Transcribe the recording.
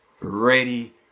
ready